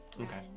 Okay